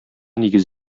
нигез